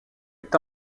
est